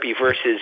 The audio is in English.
versus